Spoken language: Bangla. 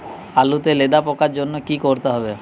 আলুতে লেদা পোকার জন্য কি করতে হবে?